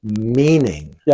meaning